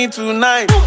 tonight